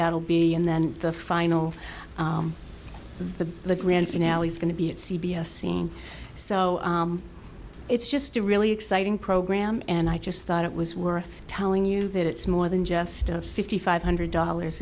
that will be and then the final the the grand finale is going to be at c b s scene so it's just a really exciting program and i just thought it was worth telling you that it's more than just a fifty five hundred dollars